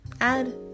add